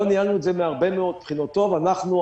לא ניהלנו את זה מהרבה מאוד בחינות טוב אנחנו,